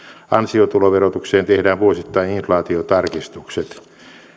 ansiotuloverotukseen tehdään vuosittain inflaatiotarkistukset